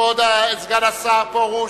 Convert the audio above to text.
כבוד סגן השר פרוש,